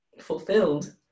fulfilled